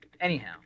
Anyhow